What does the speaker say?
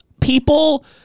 people